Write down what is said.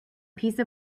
piece